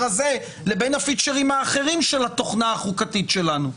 הזה לבין הפיצ'רים האחרים של התוכנה החוקתית שלנו.